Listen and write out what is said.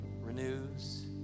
renews